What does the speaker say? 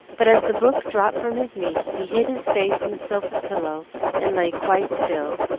but as the book dropped from his knee he hid his face in the sofa-pillow and lay quite still,